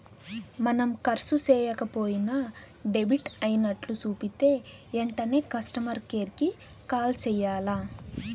మనం కర్సు సేయక పోయినా డెబిట్ అయినట్లు సూపితే ఎంటనే కస్టమర్ కేర్ కి కాల్ సెయ్యాల్ల